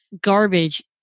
garbage